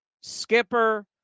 skipper